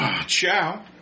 Ciao